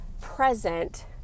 present